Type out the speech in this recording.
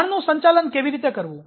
તાણનું સંચાલન કેવી રીતે કરવું